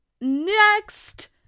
Next